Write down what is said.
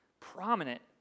prominent